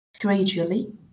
Gradually